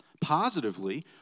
Positively